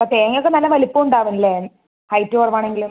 തേങ്ങ ഒക്കെ നല്ല വലിപ്പം ഉണ്ടാവും അല്ലെ ഹൈറ്റ് കുറവ് ആണെങ്കിലും